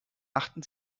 achten